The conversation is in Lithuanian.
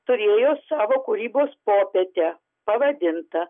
turėjo savo kūrybos popietę pavadinta